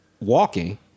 walking